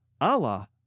Allah